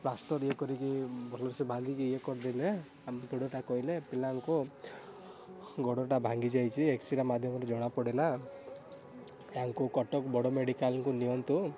plaster ଇଏ କରିକି ଭଲସେ ବାନ୍ଧିକି ଇଏ କରିଦେଲେ ଆମ ଗୋଡ଼ଟା କହିଲେ ପିଲାଙ୍କୁ ଗୋଡ଼ଟା ଭାଙ୍ଗିଯାଇଛି ଏକ୍ସରେ ମାଧ୍ୟମରେ ଜଣାପଡ଼ିଲା ୟାଙ୍କୁ କଟକ ବଡ଼ ମେଡ଼ିକାଲକୁ ନିଅନ୍ତୁ